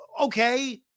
Okay